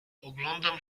oglądam